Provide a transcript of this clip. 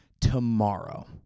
tomorrow